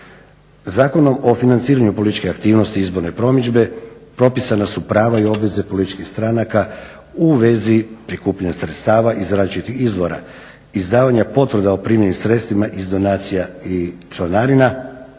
Zakonom o financiranju političke aktivnosti i izborne promidžbe propisana su prava i obveze političkih stranaka u vezi prikupljanja sredstava iz različitih izvora, izdavanja potvrda o primljenim sredstvima iz donacija i članarina,